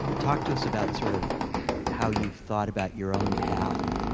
talk to us about sort of how you thought about your own past,